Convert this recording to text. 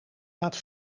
laat